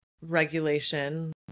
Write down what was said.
regulation